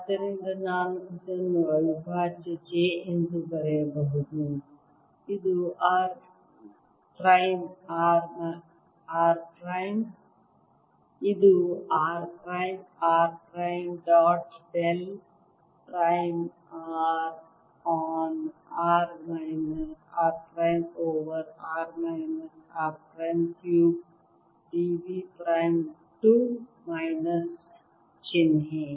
ಆದ್ದರಿಂದ ನಾನು ಇದನ್ನು ಅವಿಭಾಜ್ಯ j ಎಂದು ಬರೆಯಬಹುದು ಇದು r prime r prime dot del prime r on r minus r prime over r minus r prime cube d v prime to minus ಚಿಹ್ನೆ